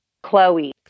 Chloe